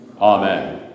Amen